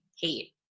hate